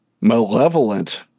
malevolent